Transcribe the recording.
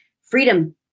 freedom